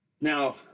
now